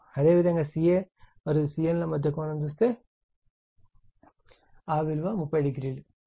అదేవిధంగా ca మరియు cn ల మధ్య కోణం చూస్తే ఆ విలువ 30o గా ఉంటుంది